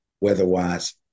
weather-wise